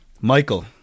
Michael